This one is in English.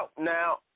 Now